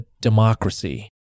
democracy